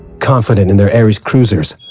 confident in their ares cruisers,